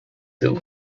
still